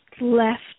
left